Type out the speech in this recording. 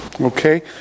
Okay